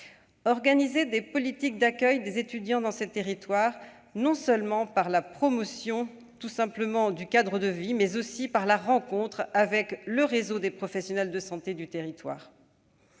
organiser des politiques d'accueil des étudiants dans ces territoires, non seulement par la promotion du cadre de vie, mais aussi par la rencontre avec le réseau des professionnels de santé desdits territoires.